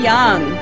Young